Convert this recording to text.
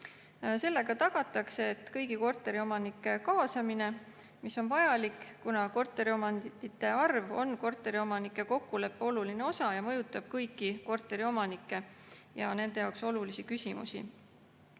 Sellega tagatakse kõigi korteriomanike kaasamine, mis on vajalik, kuna korteriomandite arv on korteriomanike kokkuleppe oluline osa ja mõjutab kõiki korteriomanikke ja nende jaoks olulisi küsimusi.